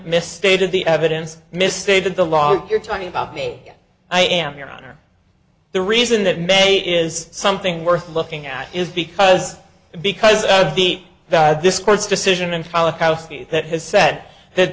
misstated the evidence misstated the law you're talking about me i am your honor the reason that may is something worth looking at is because because of the this court's decision and holocaust that has said that